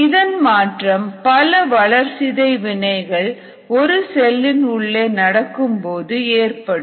இதன் மாற்றம் பல வளர்சிதை வினைகள் ஒரு செல்லின் உள்ளே நடக்கும் போது ஏற்படும்